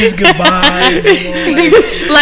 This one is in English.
goodbye